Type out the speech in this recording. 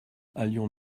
allions